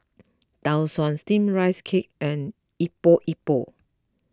Tau Suan Steamed Rice Cake and Epok Epok